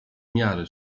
miary